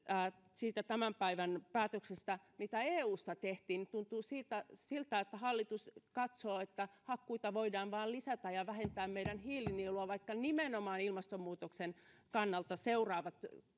siitä tämän päivän päätöksestä mitä eussa tehtiin tuntuu siltä että hallitus katsoo että hakkuita voidaan vain lisätä ja vähentää meidän hiilinieluamme vaikka nimenomaan ilmastonmuutoksen kannalta seuraavat